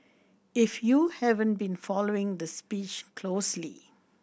if you haven't been following the speech closely